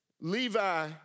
Levi